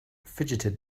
fidgeted